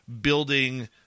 building